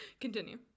Continue